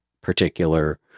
particular